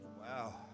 wow